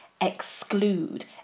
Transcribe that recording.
exclude